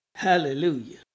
Hallelujah